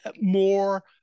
more